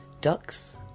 ducks